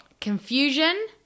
Confusion